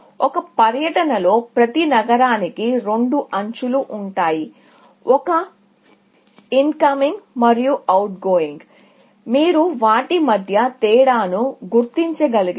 ఒక పర్యటనలో ప్రతి నగరానికి రెండు ఎడ్జ్ లు ఉంటాయి ఒక ఇన్కమింగ్ మరియు అవుట్గోయింగ్ మీరు వాటి మధ్య తేడాను గుర్తించగలగాలి